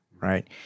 right